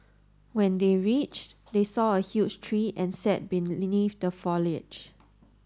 when they reached they saw a huge tree and sat beneath the foliage